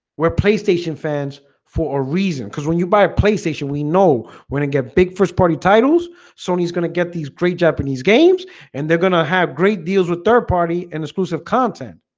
where playstation fans for a reason because when you buy a playstation we know when it get big first party titles sony's gonna get these great japanese games and they're gonna have great deals with third party and exclusive content